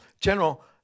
General